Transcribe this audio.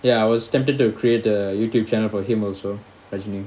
ya I was tempted to create a youtube channel for him also Asim